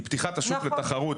היא פתיחת השוק לתחרות,